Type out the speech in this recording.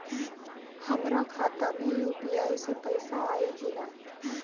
हमारा खाता मे यू.पी.आई से पईसा आई कि ना?